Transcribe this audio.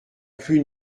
plus